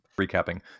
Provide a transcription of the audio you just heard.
recapping